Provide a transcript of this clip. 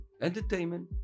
entertainment